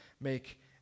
make